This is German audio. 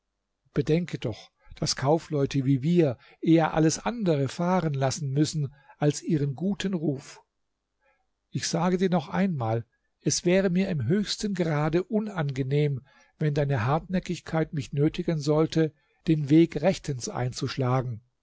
bedenke doch daß kaufleute wie wir eher alles andere fahren lassen müssen als ihren guten ruf ich sage dir noch einmal es wäre mir im höchsten grade unangenehm wenn deine hartnäckigkeit mich nötigen sollte den weg rechtens einzuschlagen